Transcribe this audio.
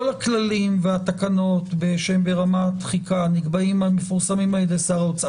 כל הכללים והתקנות שהם ברמת דחיקה מפורסמים על-ידי שר האוצר.